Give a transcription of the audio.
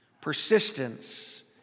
persistence